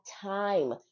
time